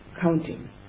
counting